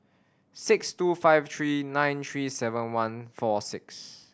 six two five three nine three seven one four six